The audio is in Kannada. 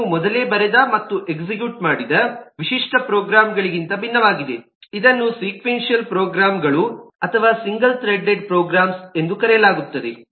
ಅದು ನೀವು ಮೊದಲೇ ಬರೆದ ಮತ್ತು ಎಕ್ಸಿಕ್ಯೂಟ್ ಮಾಡಿದ ವಿಶಿಷ್ಟ ಪ್ರೋಗ್ರಾಮ್ಗಳಿಗಿಂತ ಭಿನ್ನವಾಗಿದೆ ಇದನ್ನು ಸಿಕ್ವೇನ್ಸಿಯಲ್ ಪ್ರೋಗ್ರಾಮ್ಗಳು ಅಥವಾ ಸಿಂಗಲ್ ಥ್ರೆಡ್ಎಡ್ ಪ್ರೋಗ್ರಾಂಗಳು ಎಂದು ಕರೆಯಲಾಗುತ್ತದೆ